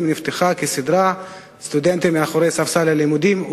נפתחה כסדרה והסטודנטים יושבים על ספסל הלימודים.